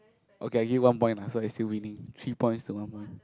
okay I give one point lah so I still winning three points to one point